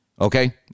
Okay